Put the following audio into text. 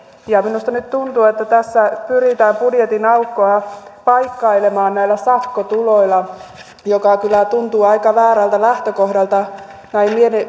minusta nyt tuntuu että tässä pyritään budjetin aukkoa paikkailemaan näillä sakkotuloilla mikä kyllä tuntuu aika väärältä lähtökohdalta näin